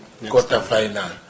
quarterfinal